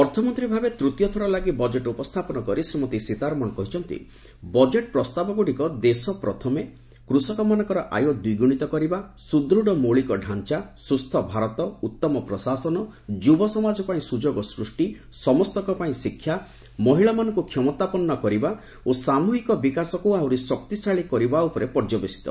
ଅର୍ଥମନ୍ତ୍ରୀ ଭାବେ ତୃତୀୟଥର ଲାଗି ବଜେଟ୍ ଉପସ୍ଥାପନ କରି ଶ୍ରୀମତୀ ସୀତାରମଣ କହିଛନ୍ତି ବଜେଟ୍ ପ୍ରସ୍ତାବଗୁଡ଼ିକ ଦେଶ ପ୍ରଥମେ କୃଷକମାନଙ୍କର ଆୟ ଦ୍ୱିଗୁଣିତ କରିବା ସୁଦୃଢ଼ ମୌଳିକଡାଞ୍ଚା ସୁସ୍ଥ ଭାରତ ଉତ୍ତମ ପ୍ରଶାସନ ଯୁବସମାଜ ପାଇଁ ସୁଯୋଗ ସୃଷ୍ଟି ସମସ୍ତଙ୍କ ପାଇଁ ଶିକ୍ଷା ମହିଳାମାନଙ୍କୁ କ୍ଷମତାପନ୍ନ କରିବା ଓ ସାମୃହିକ ବିକାଶକୁ ଆହୁରି ଶକ୍ତିଶାଳୀ କରିବା ଉପରେ ପର୍ଯ୍ୟବେସିତ